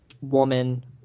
woman